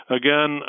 again